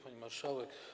Pani Marszałek!